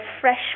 fresh